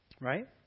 right